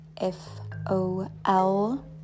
F-O-L